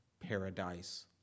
Paradise